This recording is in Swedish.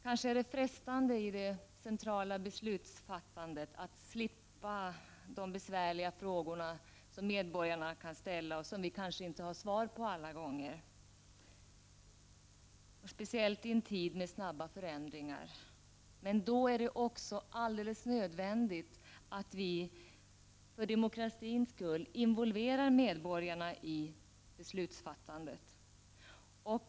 Kanske är det frestande i det centrala beslutsfattandet att slippa de besvärliga frågor som medborgarna kan ställa och som vi politiker kanske inte alla gånger har svar på, speciellt i en tid med snabba förändringar. Men då är det också alldeles nödvändigt att vi för demokratins skull involverar medborgarna i beslutsfattandet.